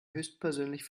höchstpersönlich